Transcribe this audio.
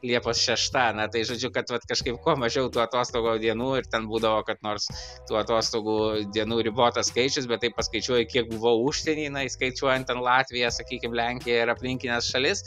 liepos šešta na tai žodžiu kad vat kažkaip kuo mažiau tų atostogo dienų ir ten būdavo kad nors tų atostogų dienų ribotas skaičius bet taip paskaičiuoji kiek buvau užsienyje na įskaičiuojant ten latvija sakykim lenkiją ir aplinkines šalis